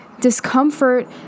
Discomfort